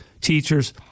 teachers